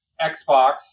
xbox